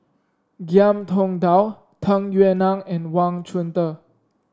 Ngiam Tong Dow Tung Yue Nang and Wang Chunde